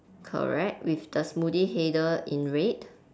correct with the smoothie header in red